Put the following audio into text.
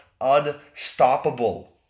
unstoppable